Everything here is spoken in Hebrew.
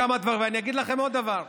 ואני אגיד לכם עוד דבר: